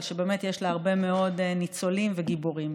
אבל שבאמת יש לה הרבה מאוד ניצולים וגיבורים.